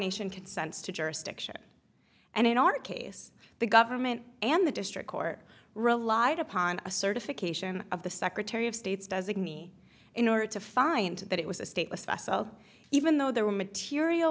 nation consents to jurisdiction and in our case the government and the district court relied upon a certification of the secretary of state's designee in order to find that it was a stateless i so even though there were material